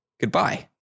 goodbye